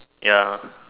ya